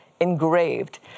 engraved